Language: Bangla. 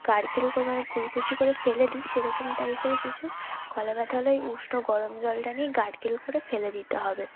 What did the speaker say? গার্গেল করে মানে কুলকুচি করে ফেলে দিই সেরকম টাইফের কিছু গলা ব্যথা হলে ওই উষ্ণ গরম জলটা নিয়ে গার্গেল করে ফেলে দিতে হবে